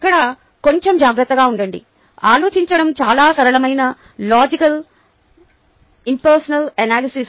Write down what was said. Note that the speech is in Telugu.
ఇక్కడ కొంచెం జాగ్రత్తగా ఉండండి ఆలోచించడం చాలా సరళమైన లాజికల్ ఇంపర్సనల్ అనాలిసిస్